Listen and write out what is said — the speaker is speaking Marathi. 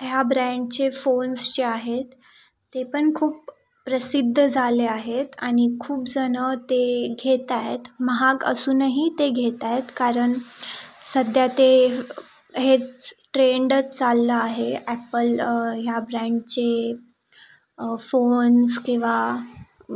ह्या ब्रँडचे फोन्स जे आहेत ते पण खूप प्रसिद्ध झाले आहेत आणि खूपजण ते घेत आहेत महाग असूनही ते घेत आहेत कारण सध्या ते हेच ट्रेण्डच चालला आहे ॲप्पल ह्या ब्रँडचे फोन्स किंवा